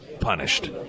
punished